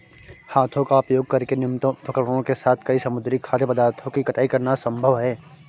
हाथों का उपयोग करके न्यूनतम उपकरणों के साथ कई समुद्री खाद्य पदार्थों की कटाई करना संभव है